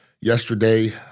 Yesterday